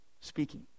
speaking